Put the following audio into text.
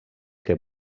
que